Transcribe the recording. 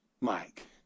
Mike